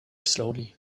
slowly